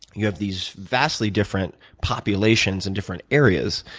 you have these vastly different populations in different areas.